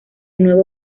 nuevo